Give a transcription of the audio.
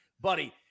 Buddy